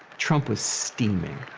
trump was steaming.